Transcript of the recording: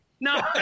No